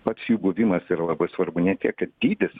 pats jų buvimas yra labai svarbu ne tiek ir dydis